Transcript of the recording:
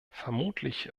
vermutlich